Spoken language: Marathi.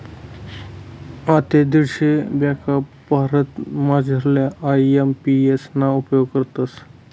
आते दीडशे ब्यांका भारतमझारल्या आय.एम.पी.एस ना उपेग करतस